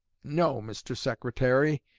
no, mr. secretary,